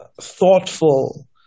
thoughtful